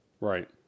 Right